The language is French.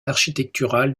architectural